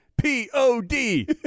P-O-D